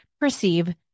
perceive